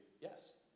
yes